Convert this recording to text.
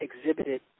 exhibited